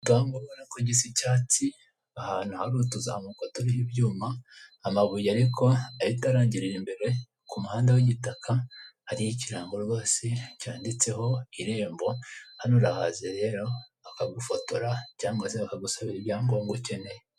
Igipangu ubonako gisa icyatsi ahantu hari utuzamuko turiho ibyuma, amabuye ariko ahita arangirira imbere ku muhanda w'igitaka hariho ikirango rwose cyanditseho irembo. Hano urahaze rero bakagufotora, cyangwa se bakagusabira ibyangombwa ukeneye.